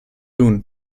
tun